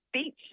speech